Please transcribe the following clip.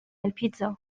البيتزا